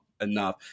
enough